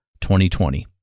2020